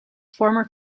former